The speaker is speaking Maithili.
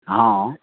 हँ